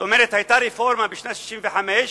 זאת אומרת, היתה רפורמה בשנת 1965,